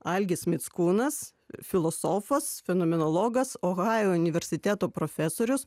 algis mickūnas filosofas fenomenologas ohajo universiteto profesorius